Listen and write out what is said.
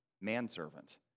manservant